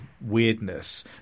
weirdness